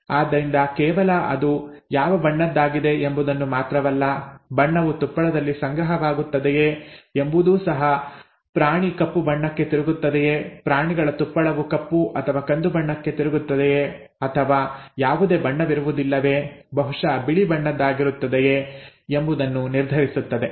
ಆದ್ದರಿಂದ ಕೇವಲ ಅದು ಯಾವ ಬಣ್ಣದ್ದಾಗಿದೆ ಎಂಬುದನ್ನು ಮಾತ್ರವಲ್ಲ ಬಣ್ಣವು ತುಪ್ಪಳದಲ್ಲಿ ಸಂಗ್ರಹವಾಗುತ್ತದೆಯೇ ಎಂಬುದೂ ಸಹ ಪ್ರಾಣಿ ಕಪ್ಪು ಬಣ್ಣಕ್ಕೆ ತಿರುಗುತ್ತದೆಯೇ ಪ್ರಾಣಿಗಳ ತುಪ್ಪಳವು ಕಪ್ಪು ಅಥವಾ ಕಂದು ಬಣ್ಣಕ್ಕೆ ತಿರುಗುತ್ತದೆಯೇ ಅಥವಾ ಯಾವುದೇ ಬಣ್ಣವಿರುವುದಿಲ್ಲವೇ ಬಹುಶಃ ಬಿಳಿ ಬಣ್ಣದ್ದಾಗಿರುತ್ತದೆಯೇ ಎಂಬುದನ್ನು ನಿರ್ಧರಿಸುತ್ತವೆ